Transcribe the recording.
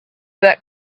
that